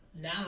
Now